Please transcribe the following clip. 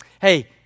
Hey